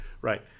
Right